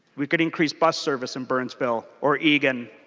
we could increase bus service in burnsville were eagan